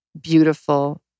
beautiful